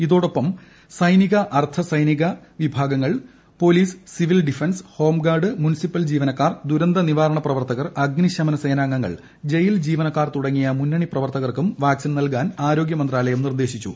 ഇതോടൊപ്പം സൈനിക അർധസൈനിക വിഭ്രാഗ്ങ്ങൾ police civil defence home guard municipal ജീവനക്കാർ ദുരന്തനിവാരണ പ്രവർത്തകൾ അഗ്നിശമന സേനാംഗങ്ങൾ ജയിൽ ജീവനക്കാർ തുട്ടുങ്ങിയ മുന്നണിപ്രവർത്തകർക്കും വാക്സിൻ നൽകാൻ ആരോഗ്യമന്ത്രാലയം നിർദേശിച്ചു